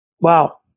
wow